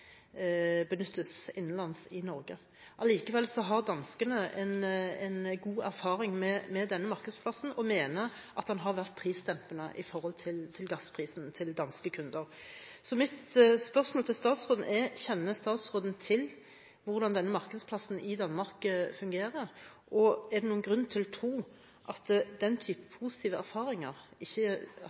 benyttes innenlands i Norge. Allikevel har danskene god erfaring med denne markedsplassen og mener den har vært prisdempende når det gjelder gassprisen til danske kunder. Mitt spørsmål til statsråden er: Kjenner statsråden til hvordan denne markedsplassen i Danmark fungerer, og er det noen grunn til å tro at vi ikke skulle få oppleve samme type positive erfaringer